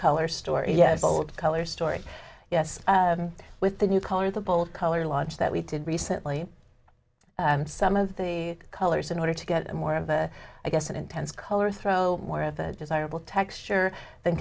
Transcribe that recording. color story years old color story yes with the new color the bold color launch that we did recently some of the colors in order to get more of a i guess an intense color throw more of a desirable texture than